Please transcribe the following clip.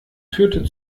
führte